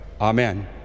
amen